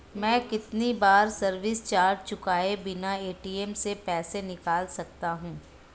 मैं कितनी बार सर्विस चार्ज चुकाए बिना ए.टी.एम से पैसे निकाल सकता हूं?